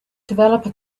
developer